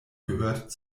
gehört